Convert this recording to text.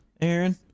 Aaron